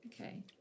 Okay